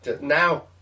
Now